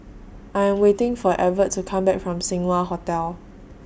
I Am waiting For Evert to Come Back from Seng Wah Hotel